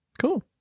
Cool